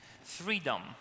freedom